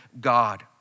God